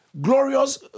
glorious